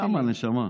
למה, נשמה?